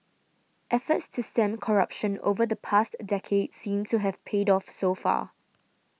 efforts to stem corruption over the past decade seem to have paid off so far